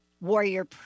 warrior